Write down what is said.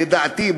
לדעתי.